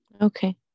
Okay